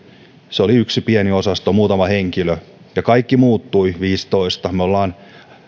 se oli yksi pieni osasto muutama henkilö ja kaikki muuttui vuonna viisitoista me olemme